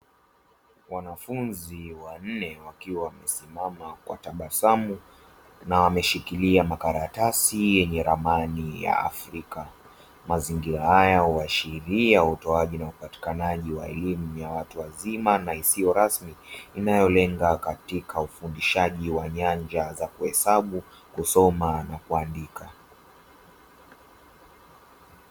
Wanafunzi wanne wakiwa wamesimama kwa tabasamu na wameshikilia makaratasi yenye ramani ya afrika. Mazingira haya huashiria utoaji na upatikanaji wa elimu ya watu wazima na isiyo rasmi inayolenga katika ufundishaji wa nyanja za kuhesabu, kusoma na kuandika.